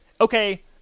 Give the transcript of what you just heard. okay